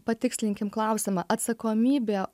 patikslinkim klausiamą atsakomybė